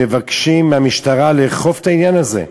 מבקשים מהמשטרה לאכוף את העניין הזה.